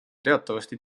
teatavasti